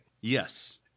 Yes